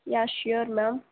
yeah sure ma'am